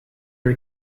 are